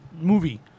movie